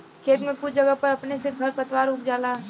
खेत में कुछ जगह पर अपने से खर पातवार उग जाला